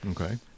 Okay